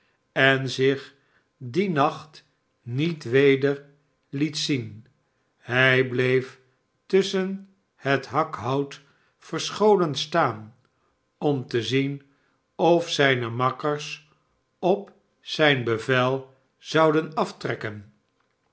en zich dien nacht niet weder liet zien hij bleef tusschen het liakhout verscholen staan om te zien of zijne makkers op zijn bevel zouden aftrekken